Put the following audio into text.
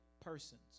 persons